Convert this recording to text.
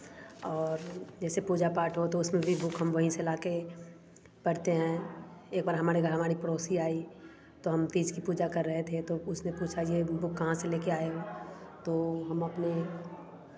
और जैसे पूजा पाठ हो तो उसमें भी बुक हम वहीं से लाकर पढ़ते हैं एक बार हमारी घर हमारी पड़ोसी आई तो हम तीज की पूजा कर रहे थे तो उसने पूछा कि यह बुक कहाँ से लेकर आए हो तो हम अपने